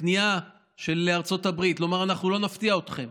הכניעה לארצות הברית, לומר: אנחנו לא נפתיע אתכם,